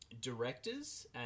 directors